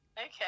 Okay